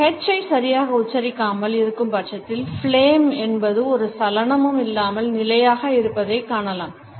மற்றும் நீ h ஐ சரியாக உச்சரிக்காமல் இருக்கும்பட்சத்தில் flame எந்த ஒரு சலனமும் இல்லாமல் நிலையாக இருப்பதை காணலாம்